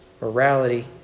Morality